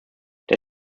der